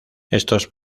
estos